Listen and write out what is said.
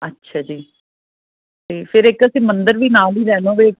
ਅੱਛਾ ਜੀ ਅਤੇ ਫਿਰ ਇੱਕ ਅਸੀਂ ਮੰਦਰ ਵੀ ਨਾਲ ਹੀ ਰੈਨੋਵੇਟ